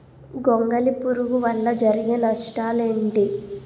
గొంగళి పురుగు వల్ల జరిగే నష్టాలేంటి?